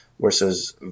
versus